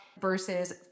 versus